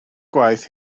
gwaith